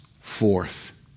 forth